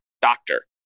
doctor